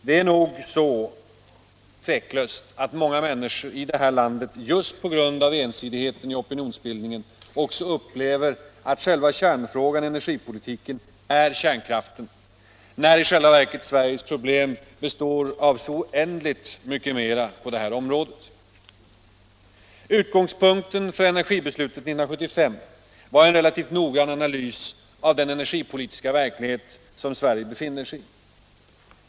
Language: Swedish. Det är nog så, tveklöst, att många människor i det här landet just på grund av denna ensidighet i opinionsbildningen också upplever att själva kärnfrågan i energipolitiken är kärnkraften, när i själva verket Sveriges problem består av så oändligt mycket mer på det här området. Utgångspunkten för energibeslutet 1975 var en relativt noggrann analys av den energipolitiska verklighet som Sverige befinner sig i.